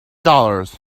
dollars